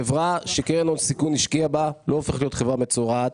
חברה שקרן הון סיכון השקיעה בה לא הופכת להיות חברה מצורעת,